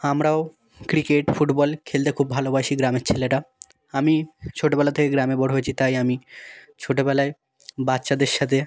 আমরাও cricket football খেলতে খুব ভালোবাসি গ্রামের ছেলেরা আমি ছোটোবেলা থেকে গ্রামে বড় হয়েছি তাই আমি ছোটোবেলায় বাচ্চাদের সাথে